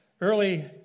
Early